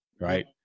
right